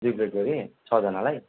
दुई प्लेट गरी छजनालाई